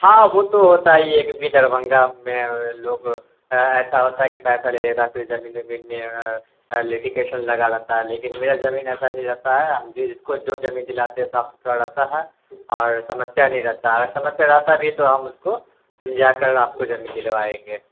ہاں وہ تو ہوتا ہی ہے کیونکہ دربھنگا میں لوگ ایسا ہوتا ہے کہ پیسہ لے لیتا پھر زمین ومین میں لیٹیکیشن لگا لیتا ہے لیکن میرا زمین ایسا نہیں رہتا ہے ہم بھی جس کو جو زمین دلاتے ہیں صاف ستھرا رہتا ہے اور سمسیا نہیں رہتا اگر سمسیا رہتا بھی تو ہم اس کو سلجھا کر آپ کو زمین دلوائیں گے